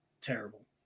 terrible